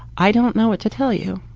i don't know what to tell you.